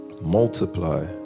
multiply